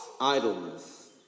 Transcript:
idleness